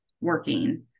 working